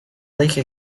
lake